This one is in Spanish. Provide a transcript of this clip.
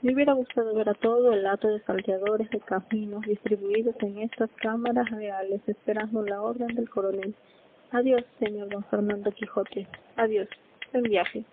me hubiera gustado ver a todo el hato de salteadores de caminos distribuidos en estas cámaras reales esperando la orden del coronel adiós señor d fernando quijote adiós buen viaje